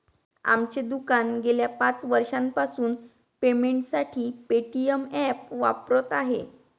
आमचे दुकान गेल्या पाच वर्षांपासून पेमेंटसाठी पेटीएम ॲप वापरत आहे